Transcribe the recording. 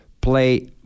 play